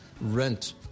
rent